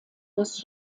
des